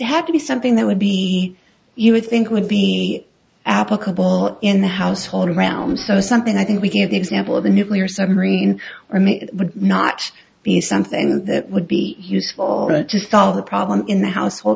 had to be something that would be you would think would be applicable in the household around so something i think we give the example of a nuclear submarine or maybe it would not be something that would be useful to solve the problem in the household